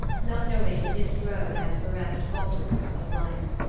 not knowing that his throw had bereft baldur of life.